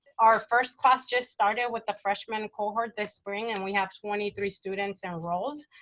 our first class just started with the freshman cohort this spring, and we have twenty three students enrolled.